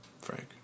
Frank